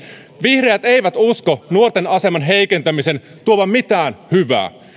vihreät eivät usko nuorten aseman heikentämisen tuovan mitään hyvää